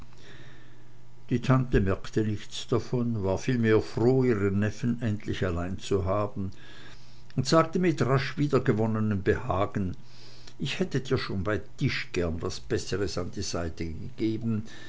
die tante bemerkte nichts davon war vielmehr froh ihren neffen endlich allein zu haben und sagte mit rasch wiedergewonnenem behagen ich hätte dir schon bei tische gern was beßres an die seite gegeben